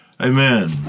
Amen